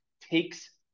takes